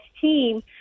team